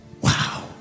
Wow